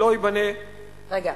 לא ייבנה רגע,